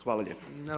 Hvala lijepa.